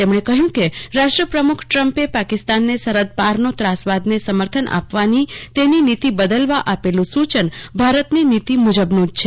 તેમણે કહ્યું કે રાષ્ટ્રપ્રમુખ ટ્રમ્પે પાકિસ્તાનને સરહદ પારનો ત્રાસવાદને સમર્થન આપવાની તેની નીતી બદલવા આપેલું સૂચન ભારતની નીતી મુજબનું જ છે